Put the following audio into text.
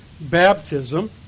baptism